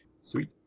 Sweet